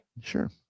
Sure